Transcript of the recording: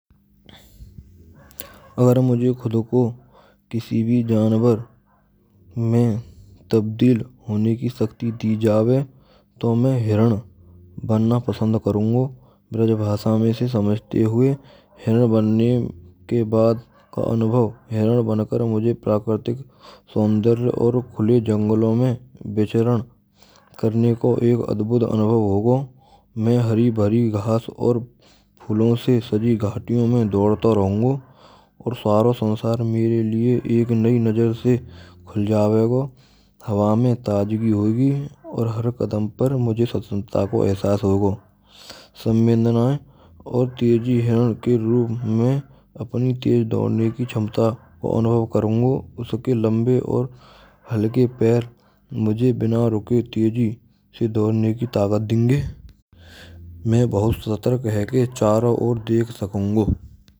Agar mujhe khud ko kisi bhi janwar main tabdil hone ki shakti di jave to main hiran banna pasand karunga. Brajbhasha main ise samjhte hue hiran bhnne ke bad ka anubhav hiran bankar mujhe prakrtik sonderya aur khule junglon mein vicharan karne ko ek adbhut anubhav hoga. Main hari bhari ghas aur phoolon se saji ghatiyon mein daudta rahunga aur sara sansar mere liye ek nayi najar se khul javego. Hawa mein tajgi hogi hogi aur har kadam per mujhe swatantrato ko ehsas hoga savendnaye aur teji hiran ke roop main apni tej daudne ki kshamta ko anubhav karunga. Uske lambe aur halke pair mujhe bina ruke teji se daudne ki takat denge. Main bahut satk hai ki charon or dekh sakunga.